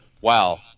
wow –